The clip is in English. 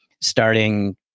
starting